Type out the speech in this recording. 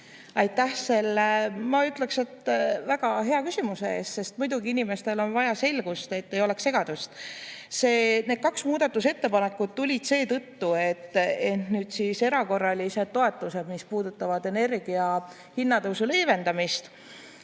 Aitäh, ma ütleksin, väga hea küsimuse eest! Muidugi inimestel on vaja selgust, et ei oleks segadust. Need kaks muudatusettepanekut tulid seetõttu, et nüüd on erakorralised toetused, mis puudutavad energia kallinemise leevendamist.